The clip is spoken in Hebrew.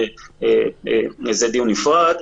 וזה דיון נפרד.